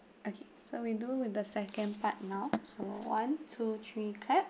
okay so we do with the second part now so one two three clap